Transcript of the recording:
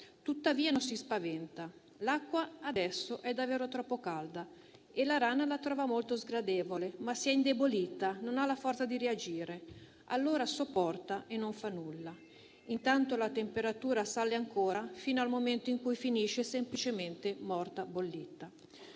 tuttavia non si spaventa. L'acqua adesso è davvero troppo calda e la rana la trova molto sgradevole, ma si è indebolita, non ha la forza di reagire, allora sopporta e non fa nulla. Intanto la temperatura sale ancora fino al momento in cui finisce semplicemente morta bollita.